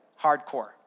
hardcore